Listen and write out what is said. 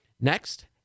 Next